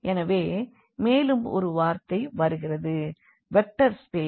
எனவே மேலும் ஒரு வார்த்தை வருகிறது வெக்டர் ஸ்பேஸ்